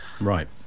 Right